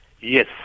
Yes